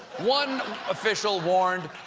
one official warned,